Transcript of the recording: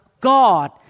God